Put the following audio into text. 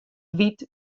wyt